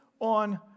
on